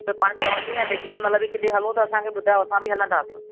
उहे पाण चवंदियूं आहिनि भई केॾी महिल बि केॾे हलो त असांखे ॿुधायो असां बि हलंदासीं